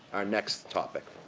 our next topic.